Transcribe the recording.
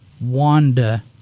Wanda